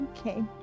Okay